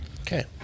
Okay